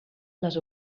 les